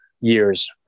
years